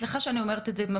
סליחה שאני אומרת את זה,